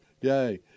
Yay